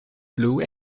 blue